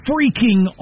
Freaking